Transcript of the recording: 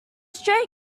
stray